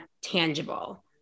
tangible